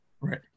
Right